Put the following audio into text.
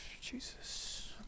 Jesus